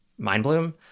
MindBloom